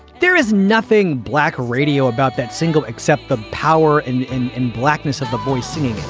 there is nothing black radio about that single except the power and blackness of the boys singing.